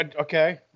Okay